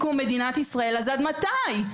אז עד מתי?